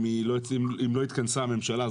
אם לא התכנסה הממשלה,